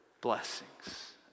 blessings